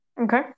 Okay